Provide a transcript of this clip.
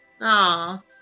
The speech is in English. Aw